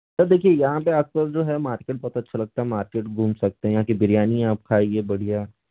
sir देखिए यहाँ पे आस पास जो है मार्केट बहुत अच्छा लगता है मार्केट घूम सकते हैं यहाँ की बिरयानी आप खाइए बढ़िया